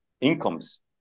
incomes